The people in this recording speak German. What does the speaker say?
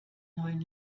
neuen